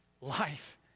Life